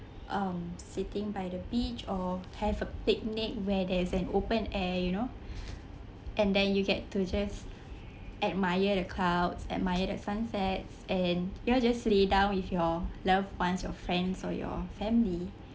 um sitting by the beach or have a picnic where there is an open air you know and then you get to just admire the clouds admire the sunsets and you'll just lay down with your loved ones your friends or your family